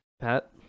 Pat